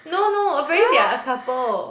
no no apparently they are a couple